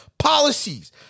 policies